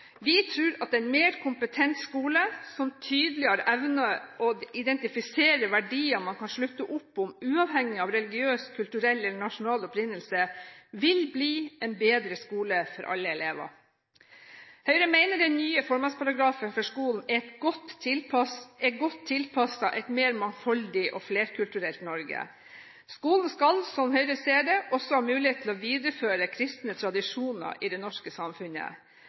Vi tror at en mer kompetent skole, som tydeligere evner å identifisere verdier man kan slutte opp om, uavhengig av religiøs, kulturell eller nasjonal opprinnelse, vil bli en bedre skole for alle elever. Høyre mener den nye formålsparagrafen for skolen er godt tilpasset et mer mangfoldig og flerkulturelt Norge. Skolen skal, slik Høyre ser det, også ha mulighet til å videreføre kristne tradisjoner i det norske samfunnet.